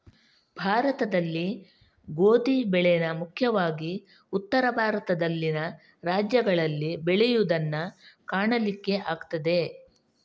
ಭಾರತದಲ್ಲಿ ಗೋಧಿ ಬೆಳೇನ ಮುಖ್ಯವಾಗಿ ಉತ್ತರ ಭಾರತದಲ್ಲಿನ ರಾಜ್ಯಗಳಲ್ಲಿ ಬೆಳೆಯುದನ್ನ ಕಾಣಲಿಕ್ಕೆ ಆಗ್ತದೆ